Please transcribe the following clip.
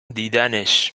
دیدنش